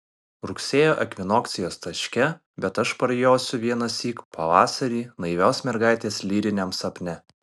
rugsėjo ekvinokcijos taške bet aš parjosiu vienąsyk pavasarį naivios mergaitės lyriniam sapne